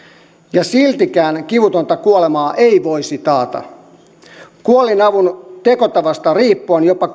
ja siltikään kivutonta kuolemaa ei voisi taata kuolinavun tekotavasta riippuen jopa